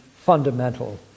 fundamental